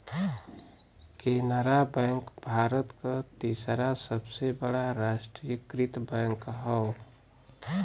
Canara bank Bharat क तीसरा सबसे बड़ा राष्ट्रीयकृत बैंक हौ